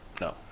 No